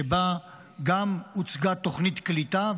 שבה גם הוצגה תוכנית קליטה,